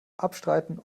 abstreiten